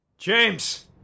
James